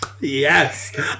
Yes